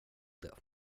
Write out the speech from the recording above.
det